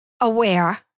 aware